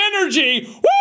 Energy